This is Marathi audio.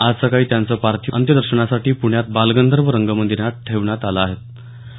आज सकाळी त्यांचं पार्थिव अंत्यदर्शनासाठी प्ण्यात बालगंधर्व रंगमंदिरात ठेवण्यात आलं होतं